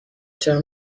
چرا